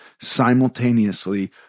simultaneously